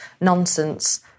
nonsense